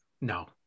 no